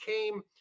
came